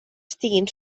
estiguin